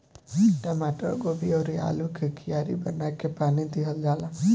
टमाटर, गोभी अउरी आलू के कियारी बना के पानी दिहल जाला